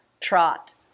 trot